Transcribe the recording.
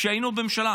כשהיינו בממשלה,